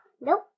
Nope